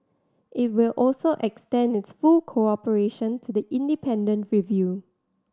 it will also extend its full cooperation to the independent review